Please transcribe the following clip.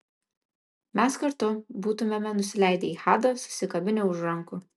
mes kartu būtumėme nusileidę į hadą susikabinę už rankų